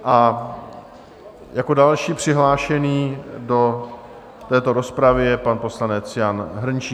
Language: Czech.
A jako další přihlášený do této rozpravy je pan poslanec Jan Hrnčíř.